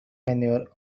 manure